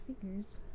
fingers